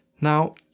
Now